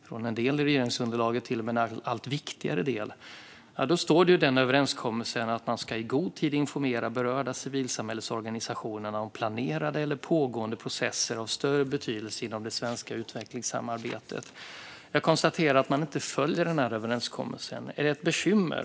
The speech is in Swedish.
Från en del i regeringsunderlaget har det sagts att det till och med är en allt viktigare del. Det står i överenskommelsen att man i god tid ska informera berörda civilsamhällesorganisationer om planerade eller pågående processer av större betydelse inom det svenska utvecklingssamarbetet. Jag konstaterar att man inte följer denna överenskommelse. Är det ett bekymmer?